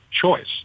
choice